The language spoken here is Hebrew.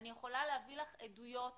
אני יכולה להביא לך עדויות